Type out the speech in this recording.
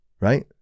right